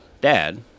dad